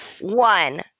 One